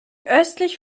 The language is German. östlich